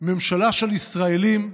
ממשלה של ישראלים,